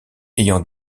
ayant